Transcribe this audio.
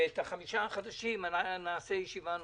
ולגבי החמישה החדשים נעשה ישיבה נוספת,